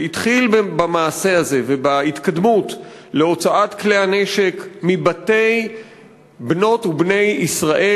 שהתחיל במעשה הזה ובהתקדמות להוצאת כלי הנשק מבתי בנות ובני ישראל.